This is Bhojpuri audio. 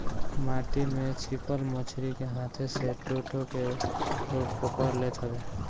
माटी में छिपल मछरी के हाथे से टो टो के लोग पकड़ लेत हवे